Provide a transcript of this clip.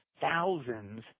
thousands